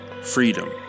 freedom